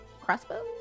crossbow